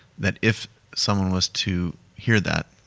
that if someone was to hear that,